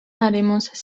haremos